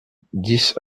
dix